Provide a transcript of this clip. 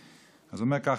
הוא אומר ככה: